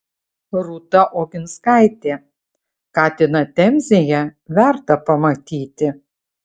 rūta oginskaitė katiną temzėje verta pamatyti